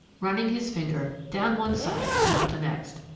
running his finger down one side and up the next.